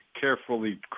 carefully